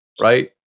Right